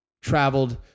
traveled